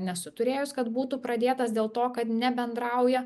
nesu turėjus kad būtų pradėtas dėl to kad nebendrauja